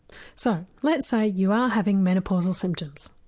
so let's say you are having menopausal symptoms.